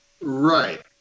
Right